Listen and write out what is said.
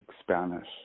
Spanish